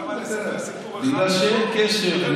למה לספר סיפור אחד פה, בגלל שאין קשר.